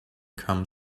come